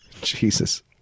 Jesus